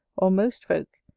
or most folk,